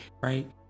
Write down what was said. right